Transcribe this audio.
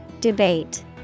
Debate